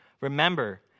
remember